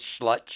slut